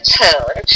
tone